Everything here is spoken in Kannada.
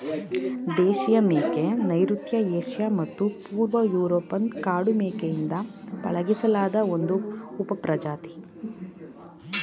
ದೇಶೀಯ ಮೇಕೆ ನೈಋತ್ಯ ಏಷ್ಯಾ ಮತ್ತು ಪೂರ್ವ ಯೂರೋಪ್ನ ಕಾಡು ಮೇಕೆಯಿಂದ ಪಳಗಿಸಿಲಾದ ಒಂದು ಉಪಪ್ರಜಾತಿ